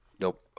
Nope